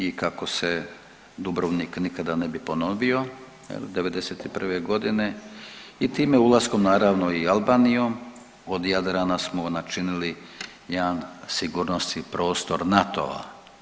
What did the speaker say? I kako se Dubrovnik nikada ne bi ponovio jel '91. godine i time ulaskom naravno i Albanijom od Jadrana smo načinili jedan sigurnosni prostor NATO-a.